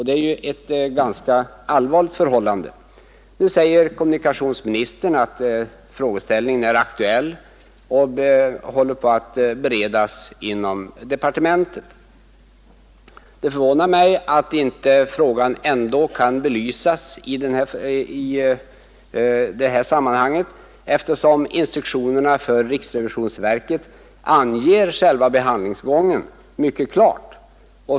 Det är ett ganska allvarligt förhållande. Kommunikationsministern säger att frågeställningen är aktuell och håller på att beredas inom departementet. Det förvånar mig att frågan ändå inte kan belysas i det här sammanhanget, eftersom instruktionen för riksrevisionsverket anger själva behandlingsgången mycket klart.